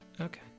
Okay